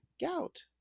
gout